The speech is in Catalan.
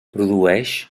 produeix